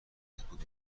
بهبود